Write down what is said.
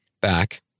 Back